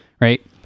right